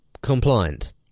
compliant